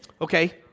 Okay